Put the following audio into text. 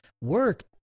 work